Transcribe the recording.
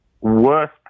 worst